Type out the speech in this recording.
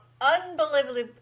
unbelievably